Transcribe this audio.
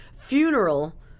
funeral